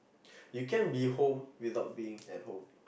you can be home without being at home